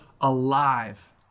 alive